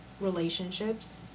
relationships